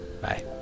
bye